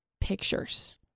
pictures